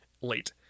late